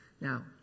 Now